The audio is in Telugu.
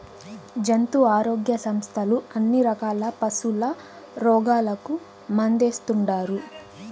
జంతు ఆరోగ్య సంస్థలు అన్ని రకాల పశుల రోగాలకు మందేస్తుండారు